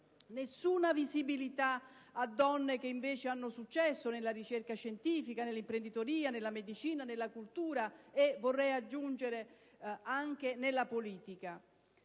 Nessuna visibilità a donne che invece hanno successo nella ricerca scientifica, nell'imprenditoria, nella medicina e nella cultura e, vorrei aggiungere, anche nella politica.